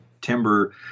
timber